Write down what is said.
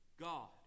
God